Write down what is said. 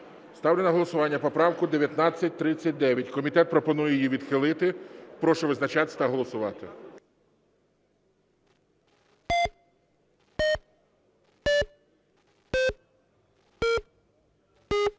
Ставлю на голосування поправку 1939. Комітет пропонує її відхилити. Прошу визначатись та голосувати.